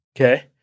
Okay